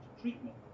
treatment